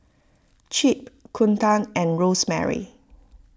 Chip Kunta and Rosemary